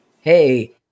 hey